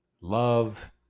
love